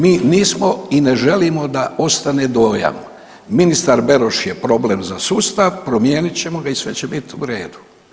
Mi nismo i ne želimo da ostane dojam, ministar Beroš je problem za sustav promijenit ćemo ga i sve će biti u redu.